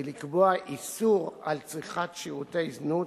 ולקבוע איסור על צריכת שירותי זנות,